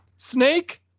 snake